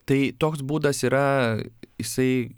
tai toks būdas yra jisai